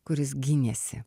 kuris gynėsi